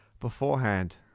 beforehand